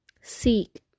seek